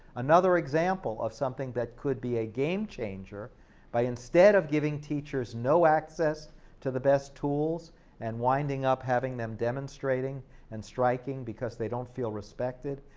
another example of something that could be a game-changer by instead of giving teachers no access to the best tools and winding up having them demonstrating and striking because they don't feel respected,